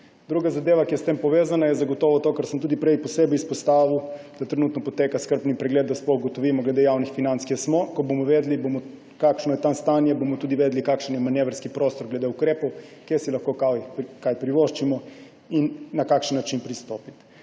Druga zadeva, ki je s tem povezana, je zagotovo to, kar sem tudi prej posebej izpostavil – da trenutno poteka skrbni pregled, da sploh ugotovimo glede javnih financ, kje smo. Ko bomo vedeli, kakšno je tam stanje, bomo tudi vedeli, kakšen je manevrski prostor glede ukrepov, kje si lahko kaj privoščimo in na kakšen način pristopiti.